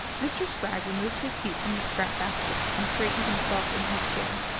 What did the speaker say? mr. spragg removed his feet from the scrap basket and straightened himself in his chair.